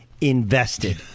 invested